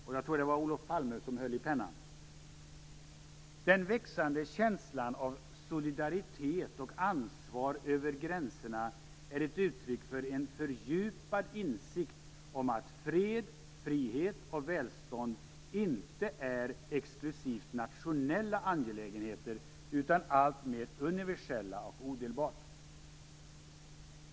Där skrev den dåvarande regeringen följande: "Den växande känslan av solidaritet och ansvar över gränserna är ett uttryck för en fördjupad insikt om att fred, frihet och välstånd inte är exklusivt nationella angelägenheter utan alltmer universella och odelbart.